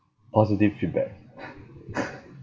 positive feedback